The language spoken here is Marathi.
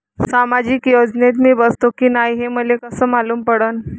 सामाजिक योजनेत मी बसतो की नाय हे मले कस मालूम पडन?